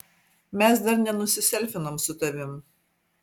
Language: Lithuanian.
mes dar nenusiselfinom su tavim